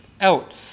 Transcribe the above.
out